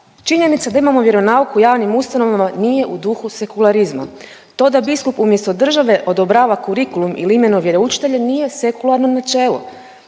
činjenica da imamo vjeronauk u javnim ustanovama nije u duhu sekularizma, to da biskup umjesto države odobrava kurikulum ili imenuje vjeroučitelje nije sekularno načelo.